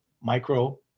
micro